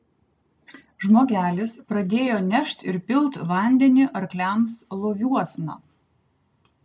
žmogelis pradėjo nešt ir pilt vandenį arkliams loviuosna